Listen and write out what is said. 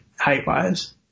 height-wise